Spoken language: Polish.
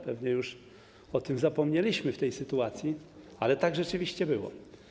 Pewnie już o tym zapomnieliśmy w tej sytuacji, ale tak rzeczywiście było.